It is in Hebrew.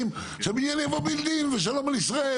הוא שהבניין יבוא Built in ושלום על ישראל,